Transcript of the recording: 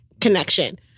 connection